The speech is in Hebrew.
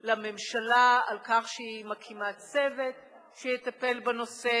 ולממשלה, על כך שהיא מקימה צוות שיטפל בנושא,